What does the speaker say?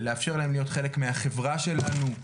לאפשר להם להיות חלק מהחברה שלנו.